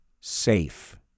safe